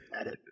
edit